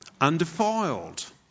undefiled